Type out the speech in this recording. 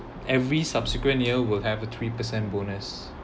every subsequent year will have a three percent bonus